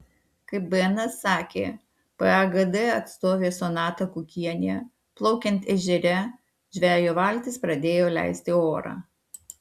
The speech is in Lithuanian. kaip bns sakė pagd atstovė sonata kukienė plaukiant ežere žvejo valtis pradėjo leisti orą